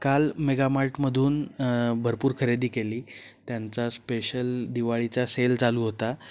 काल मेगामार्टमधून भरपूर खरेदी केली त्यांचा स्पेशल दिवाळीचा सेल चालू होता